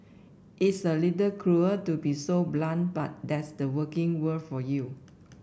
it's a little cruel to be so blunt but that's the working world for you